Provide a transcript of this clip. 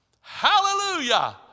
Hallelujah